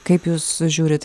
kaip jūs žiūrit